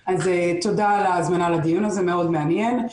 על ההזמנה לדיון הזה, מאוד מעניין.